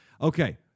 Okay